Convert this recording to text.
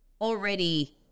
already